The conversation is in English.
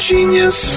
Genius